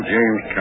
James